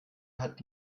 hat